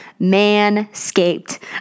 manscaped